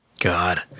God